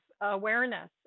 awareness